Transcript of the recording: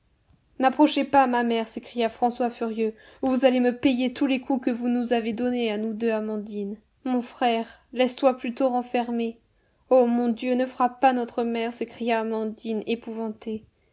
n'approchez pas ma mère s'écria françois furieux ou vous allez me payer tous les coups que vous nous avez donnés à nous deux amandine mon frère laisse-toi plutôt renfermer oh mon dieu ne frappe pas notre mère s'écria amandine épouvantée